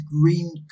green